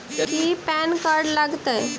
की PAN card लग तै?